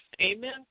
Amen